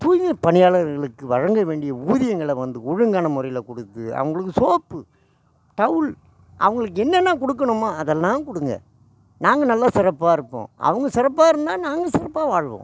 தூய்மைப் பணியாளர்களுக்கு வழங்க வேண்டிய ஊதியங்களை வந்து ஒழுங்கான முறையில் கொடுத்து அவங்களுக்கு சோப்பு டவுல் அவங்களுக்கு என்னென்ன கொடுக்கணுமோ அதெல்லாம் கொடுங்க நாங்கள் நல்ல சிறப்பாக இருப்போம் அவங்க சிறப்பாக இருந்தால் நாங்களும் சிறப்பாக வாழ்வோம்